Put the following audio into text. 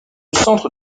centre